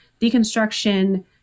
deconstruction